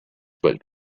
but